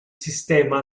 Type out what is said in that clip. sistema